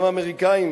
גם האמריקנים